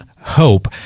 hope